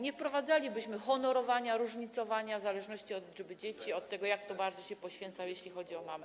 Nie wprowadzalibyśmy honorowania, różnicowania w zależności od liczby dzieci, od tego, jak kto bardzo się poświęcał, jeśli chodzi o bycie mamą.